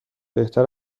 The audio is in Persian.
بهتر